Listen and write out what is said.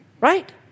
right